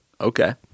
Okay